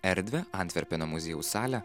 erdvią antverpeno muziejaus salę